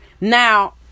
now